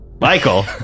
Michael